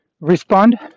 respond